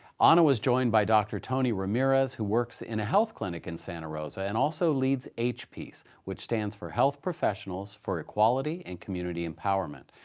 ana was joined by dr. toni ramirez, who works in a health clinic in santa rosa, and also leads hpece, which stands for health professionals for equality and community empowerment.